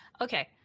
Okay